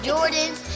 Jordans